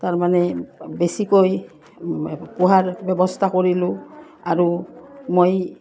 তাৰমানে বেছিকৈ পোহাৰ ব্যৱস্থা কৰিলোঁ আৰু মই